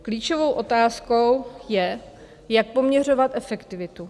Klíčovou otázkou je, jak poměřovat efektivitu.